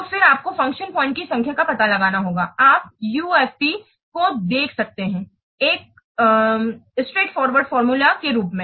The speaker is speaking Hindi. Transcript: तो फिर आपको फ़ंक्शन पॉइंट की संख्या का पता लगाना होगा आप यूएफपी को देख सकते है एक स्ट्रैटे फॉरवर्ड फार्मूला क रूप में